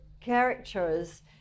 characters